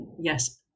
yes